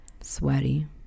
Sweaty